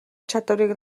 чадварыг